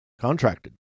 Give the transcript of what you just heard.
contracted